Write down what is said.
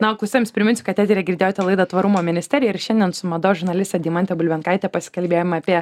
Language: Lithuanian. na o klausytojams priminsiu kad etery girdėjote laidą tvarumo ministerija ir šiandien su mados žurnaliste deimante bulbenkaite pasikalbėjom apie